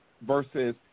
versus